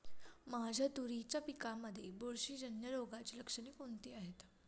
माझ्या तुरीच्या पिकामध्ये बुरशीजन्य रोगाची लक्षणे कोणती आहेत?